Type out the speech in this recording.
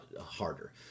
harder